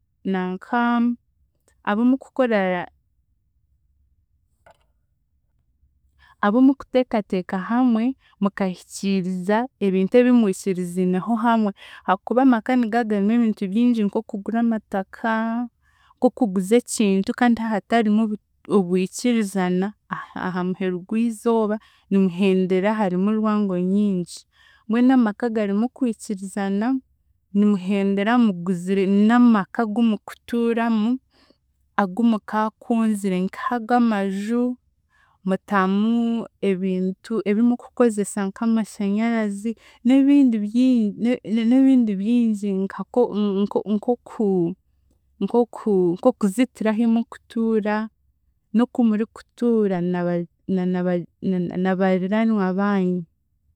Nanka abumukukora, abumukuteekateeka hamwe mukahikiiriza ebintu ebi mwikiriziineho hamwe, ahaakuba amaka nigaba garimu ebintu byingi nk'oku okugura amataka, nk'okuguza ekintu kandi haahatarimu obuta obwikirizana ahaamuheru gwizooba, nimuhendera harimu rwango nyingi, mbwenu amaka garimu kwikirizana, nimuhendera muguzire n'amaka agumukutuuramu, agu mukaakunzire nk'ag'amaju, mutamu ebintu ebi mukukozesa nk'amashanyarazi n'ebindi byingi n'ebi- n'ebindi byingi nkako nk'oku nk'okuzitira ahi mukutuura n'oku murikutuura naba nanabagye nanabariraanwa baanyu.